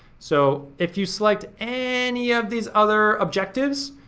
so if you select any of these other objectives,